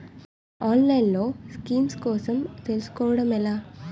ఆన్లైన్లో స్కీమ్స్ కోసం తెలుసుకోవడం ఎలా?